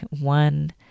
one